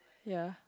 ya